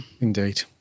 Indeed